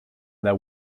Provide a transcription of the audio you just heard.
their